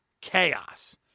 chaos